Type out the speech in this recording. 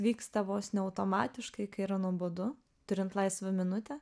vyksta vos ne automatiškai kai yra nuobodu turint laisvą minutę